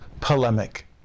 polemic